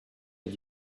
had